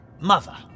mother